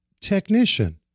technician